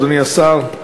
אדוני השר,